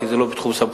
כי זה לא בתחום סמכותי,